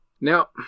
now